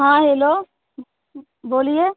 हाँ हैलो बोलिये